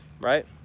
right